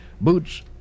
Boots